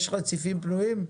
יש רציפים פנויים?